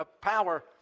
power